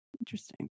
interesting